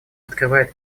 открывает